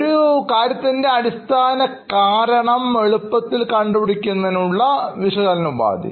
ഒരു കാര്യത്തിൻറെ അടിസ്ഥാനകാരണം എളുപ്പത്തിൽ കണ്ടുപിടിക്കുന്നതിനുള്ള വിശകലന ഉപാധി